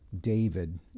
David